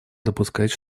допускать